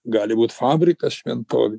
gali būt fabrikas šventovė